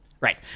Right